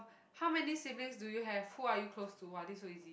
how many siblings do you have who are you close to !wah! this is so easy